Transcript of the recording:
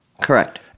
Correct